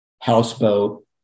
houseboat